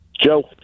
Joe